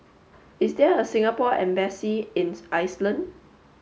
is there a Singapore embassy in Iceland